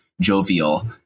jovial